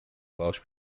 welsh